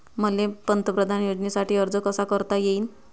मले पंतप्रधान योजनेसाठी अर्ज कसा कसा करता येईन?